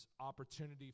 opportunity